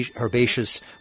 herbaceous